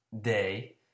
Day